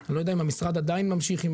אני לא יודע אם המשרד עדיין ממשיך עם